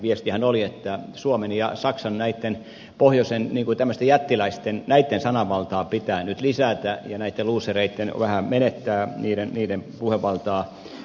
viestihän oli että suomen ja saksan näitten pohjoisen jättiläisten sananvaltaa pitää nyt lisätä ja luusereitten pitää vähän menettää puhevaltaansa